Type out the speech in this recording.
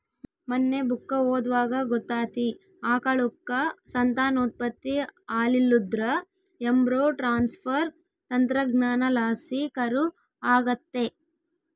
ಮನ್ನೆ ಬುಕ್ಕ ಓದ್ವಾಗ ಗೊತ್ತಾತಿ, ಆಕಳುಕ್ಕ ಸಂತಾನೋತ್ಪತ್ತಿ ಆಲಿಲ್ಲುದ್ರ ಎಂಬ್ರೋ ಟ್ರಾನ್ಸ್ಪರ್ ತಂತ್ರಜ್ಞಾನಲಾಸಿ ಕರು ಆಗತ್ತೆ